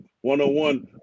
one-on-one